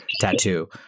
tattoo